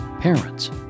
parents